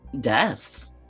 Deaths